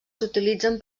s’utilitzen